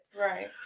right